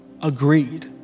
agreed